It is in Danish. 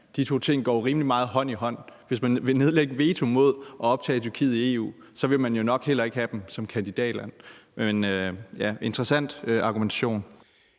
kandidatland går jo rimelig meget hånd i hånd. Hvis man vil nedlægge veto mod at optage Tyrkiet i EU, vil man jo nok heller ikke have dem som kandidatland. Det er en interessant argumentation.